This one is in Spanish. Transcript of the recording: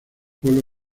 pueblo